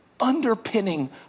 underpinning